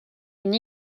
une